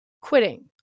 quitting